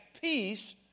peace